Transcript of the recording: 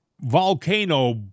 volcano